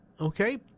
Okay